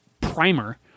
primer